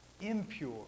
Impure